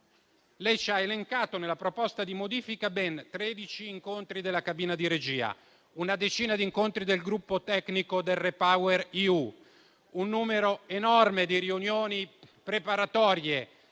lei ci ha elencato, nella proposta di modifica, ben 13 incontri della cabina di regia, una decina di incontri del gruppo tecnico del REPowerEU, un numero enorme di riunioni preparatorie